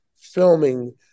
filming